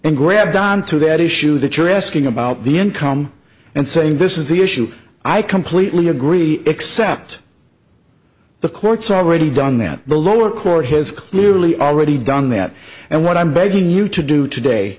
and grabbed on to that issue that you're asking about the income and saying this is the issue i completely agree except the courts are already done that the lower court has clearly already done that and what i'm begging you to do today